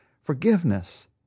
forgiveness